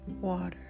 water